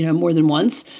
yeah more than once.